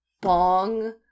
bong